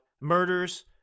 murders